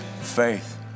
faith